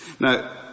Now